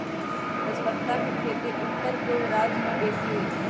तजपत्ता के खेती उत्तरपूर्व राज्यमें बेशी होइ छइ